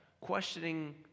questioning